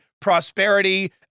prosperity